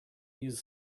use